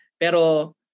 Pero